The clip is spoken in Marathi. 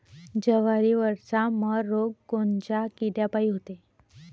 जवारीवरचा मर रोग कोनच्या किड्यापायी होते?